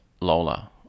Lola